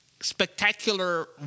spectacular